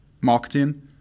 marketing